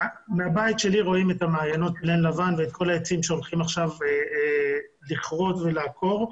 מהבית שלי רואים את המעיינות ואת כל העצים שהולכים עכשיו לכרות ולעקור,